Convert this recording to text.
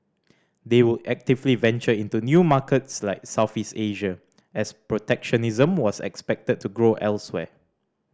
they would actively venture into new markets like Southeast Asia as protectionism was expected to grow elsewhere